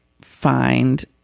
find